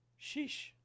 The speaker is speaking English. sheesh